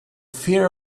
fear